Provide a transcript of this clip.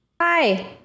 Hi